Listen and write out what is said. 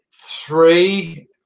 three